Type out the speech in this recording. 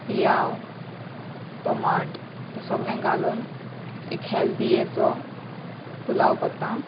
पियाव टोमाट ते सगळें घालून एक हेल्दी असो पुलाव करता